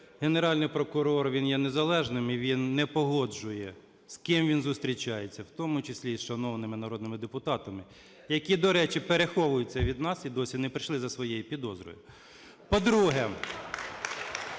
Генеральний прокурор, він є незалежним, і він не погоджує, з ким він зустрічається, у тому числі і з шановними народними депутатами, які, до речі, переховуються від нас і досі не прийшли за своєю підозрою. По-друге…